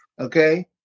Okay